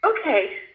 Okay